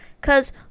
cause